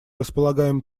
располагаем